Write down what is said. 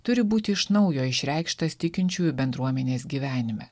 turi būti iš naujo išreikštas tikinčiųjų bendruomenės gyvenime